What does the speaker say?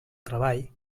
treball